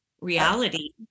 Reality